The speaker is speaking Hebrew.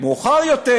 מאוחר יותר,